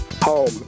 home